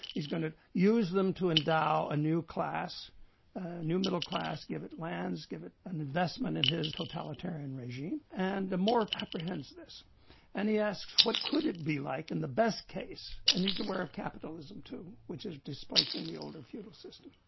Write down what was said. he's going to use them to endow a new class, a new middle class, give it lands, give it an investment in his totalitarian regime. and more apprehends this and he asks what could it be like in the best case and he's aware of capitalism too which is displacing the older feudal system.